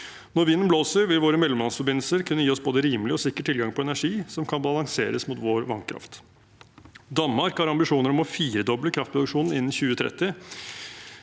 Når vinden blåser, vil våre mellomlandsforbindelser kunne gi oss både rimelig og sikker tilgang på energi som kan balanseres mot vår vannkraft. Danmark har ambisjoner om å firedoble kraftproduksjonen innen 2030.